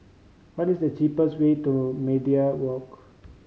what is the cheapest way to Media Walk